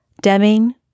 Deming